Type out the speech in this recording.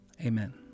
Amen